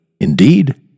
indeed